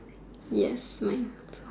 yes mine